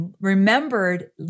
remembered